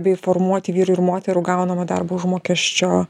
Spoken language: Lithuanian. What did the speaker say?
bei formuoti vyrų ir moterų gaunamo darbo užmokesčio